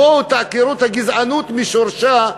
בואו תעקרו את הגזענות משורשה,